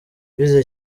bishyize